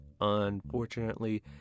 Unfortunately